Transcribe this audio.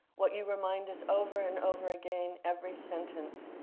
what you remind us over and over again, every sentence,